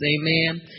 amen